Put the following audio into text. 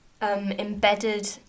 Embedded